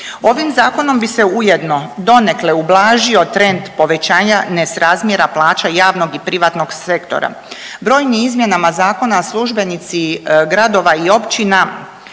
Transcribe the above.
Ovim zakonom bi se ujedno donekle ublažio trend povećanja nesrazmjera plaća javnog i privatnog sektora. Brojim izmjenama zakona službenici gradova i općina